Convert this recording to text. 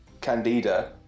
Candida